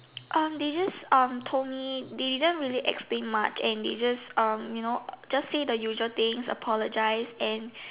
uh they just um told me they didn't really explain much and they just um you know just say the usual things apologize and